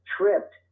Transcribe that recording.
tripped